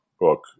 book